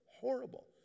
horrible